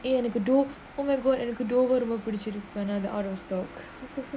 eh எனக்கு:enaku do oh my god எனக்கு:enaku dovarama புடிச்சிருக்கு:pudichiruku another out of stock